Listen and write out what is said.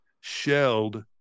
shelled